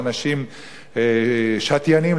שאנשים שתיינים,